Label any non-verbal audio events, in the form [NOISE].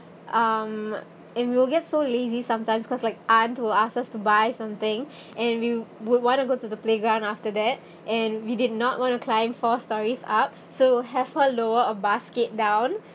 um and you will get so lazy sometimes cause like aunt will ask us to buy something [BREATH] and you will would want to go to the playground after that and we did not want to climb four storeys up so we have her lower a basket down